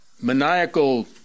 maniacal